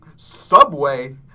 Subway